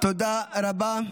תודה רבה.